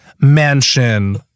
Mansion